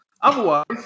Otherwise